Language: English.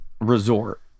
resort